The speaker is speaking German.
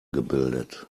gebildet